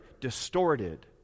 distorted